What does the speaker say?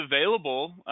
available